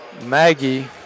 Maggie